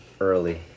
early